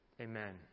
Amen